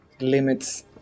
limits